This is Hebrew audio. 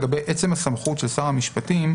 לגבי עצם הסמכות של שר המשפטים,